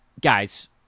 Guys